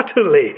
utterly